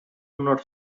honor